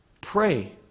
pray